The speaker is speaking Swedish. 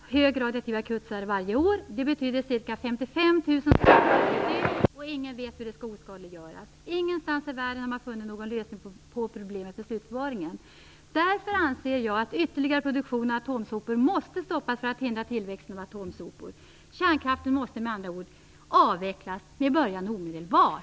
högradioaktiva kutsar varje år. Det betyder ca 55 000 stycken varje dygn. Ingen vet hur dessa skall oskadliggöras. Ingenstans i världen har man funnit någon lösning på problemet med slutförvaringen. Därför anser jag att ytterligare produktion av atomsopor måste stoppas för att hindra tillväxten av atomsopor. Kärnkraften måste med andra ord avvecklas med början omedelbart.